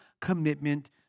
commitment